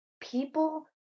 people